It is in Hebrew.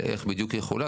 לגבי איך בדיוק יחולק,